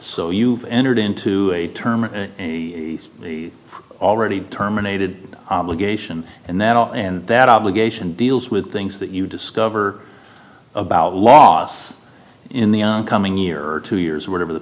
so you've entered into a term already terminated obligation and that and that obligation deals with things that you discover about loss in the coming year or two years or whatever the